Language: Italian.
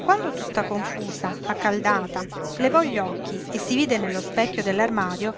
quando tutta confusa accaldata levò gli occhi e si vide nello specchio dell'armadio